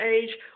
age